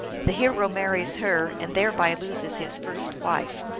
the hero marries her, and thereby loses his first wife.